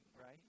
right